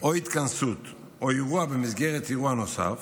או התכנסות או אירוע במסגרת אירוע נוסף